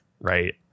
right